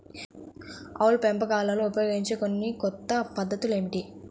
ఆవుల పెంపకంలో ఉపయోగించే కొన్ని కొత్త పద్ధతులు ఏమిటీ?